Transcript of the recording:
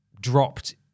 dropped